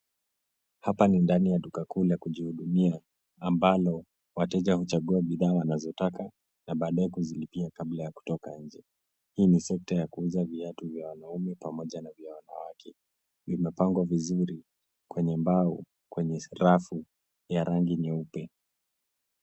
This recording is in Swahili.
Hapa ni ndani ya duka kuu la kujihudumia ambalo wateja huchagua bidhaa wanazotaka na baadae kuzilipia kabla ya kutoka nje. Hii ni sekta ya kuuza viatu vya wanaume pamoja na za wanawake. Vimepangwa vizuri kwenye mbao kwenye rafu ya rangi nyeupe.